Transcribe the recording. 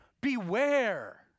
beware